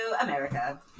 America